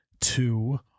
two